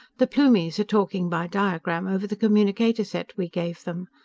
the plumies are talking by diagram over the communicator set we gave them.